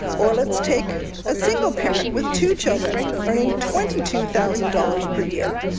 or let's take a single parent with two children earning twenty two thousand dollars per year.